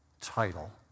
title